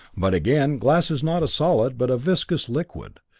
but again, glass is not a solid, but a viscous liquid,